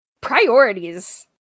Priorities